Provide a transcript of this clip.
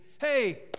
Hey